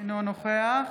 אינו נוכח